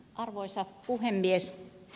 arvoisa puhemies